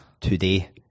today